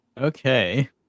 Okay